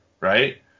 Right